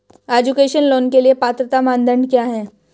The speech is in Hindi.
एजुकेशन लोंन के लिए पात्रता मानदंड क्या है?